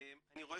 אני רואה